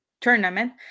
tournament